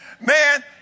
Man